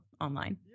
online